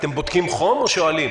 אתם בודקים חום או שואלים?